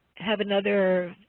have another